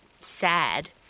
sad